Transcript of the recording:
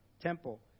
temple